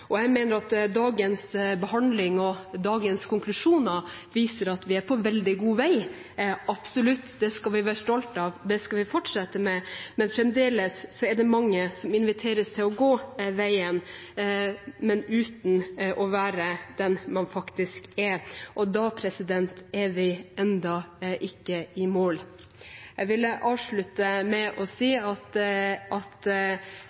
frihetskampen. Jeg mener at dagens behandling og dagens konklusjoner viser at vi er på veldig god vei, absolutt. Det skal vi være stolte av, og det skal vi fortsette med, men det er fremdeles mange som inviteres til å gå veien, uten å være den man faktisk er. Da er vi ennå ikke i mål. Jeg vil avslutte med å si at